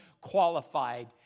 qualified